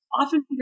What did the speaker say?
often